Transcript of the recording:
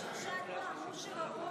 קודם כול,